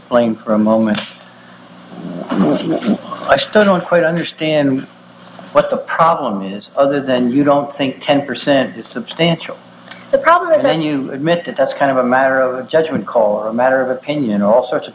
explain for a moment i don't quite understand what the problem is other than you don't think ten percent is substantial the problem and then you admit that that's kind of a matter of a judgement call or a matter of opinion all sorts of